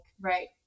right